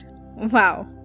Wow